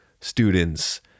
students